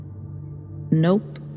Nope